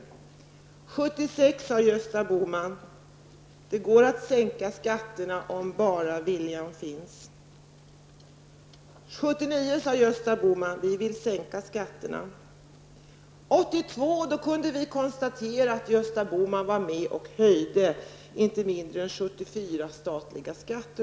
1976 sade Gösta Bohman: Det går att sänka skatterna om bara viljan finns. 1979 sade Gösta Bohman: Vi vill sänka skatterna. 1982 kunde vi konstatera att Gösta Boman var med och höjde inte mindre än 74 statliga skatter.